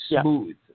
smooth